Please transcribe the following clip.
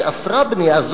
שאסרה בנייה,